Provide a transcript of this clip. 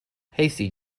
hasty